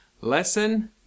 lesson